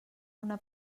una